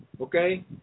okay